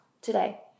today